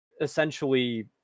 essentially